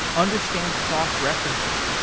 understand cross-references,